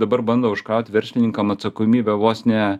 dabar bando užkraut verslininkam atsakomybę vos ne